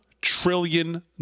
trillion